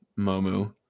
Momo